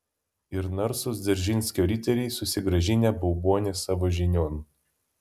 ir narsūs dzeržinskio riteriai susigrąžinę baubonį savo žinion